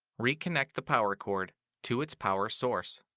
reconnect the power cord to its power source.